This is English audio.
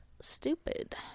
stupid